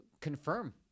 confirm